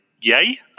yay